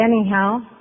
anyhow